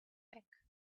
back